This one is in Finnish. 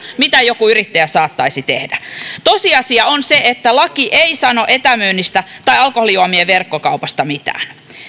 mitä joku yrittäjä saattaisi tehdä tässä tosiasia on se että laki ei sano etämyynnistä tai alkoholijuomien verkkokaupasta mitään